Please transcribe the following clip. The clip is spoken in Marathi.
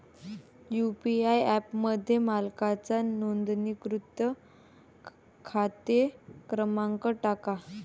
यू.पी.आय ॲपमध्ये मालकाचा नोंदणीकृत खाते क्रमांक टाका